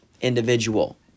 individual